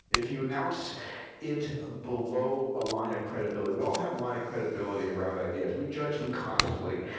if you announce it below a line of credibility we all have a line of credibility around ideas. we judge them constantly.